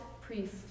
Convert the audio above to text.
priest